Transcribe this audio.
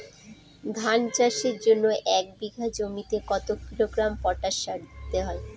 ধান চাষের জন্য এক বিঘা জমিতে কতো কিলোগ্রাম পটাশ সার দিতে হয়?